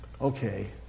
okay